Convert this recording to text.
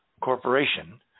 corporation